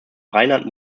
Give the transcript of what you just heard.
reinhard